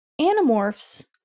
Animorphs